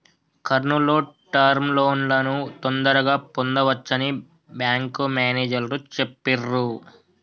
కర్నూల్ లో టర్మ్ లోన్లను తొందరగా పొందవచ్చని బ్యేంకు మేనేజరు చెప్పిర్రు